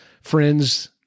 friends